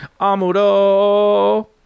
Amuro